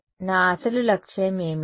నా అసలు లక్ష్యం ఏమిటి